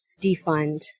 defund